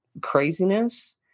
craziness